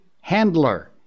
handler